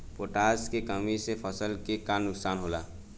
Potash के कमी से फसल के का नुकसान होला?